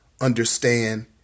understand